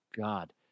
God